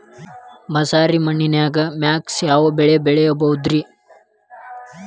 ಮಸಾರಿ ಮಣ್ಣನ್ಯಾಗ ಮಿಕ್ಸ್ ಯಾವ ಬೆಳಿ ಬೆಳಿಬೊದ್ರೇ?